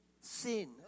sin